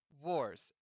wars